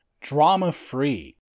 drama-free